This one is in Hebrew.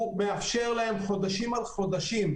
הוא מאפשר להם חודשים על חודשים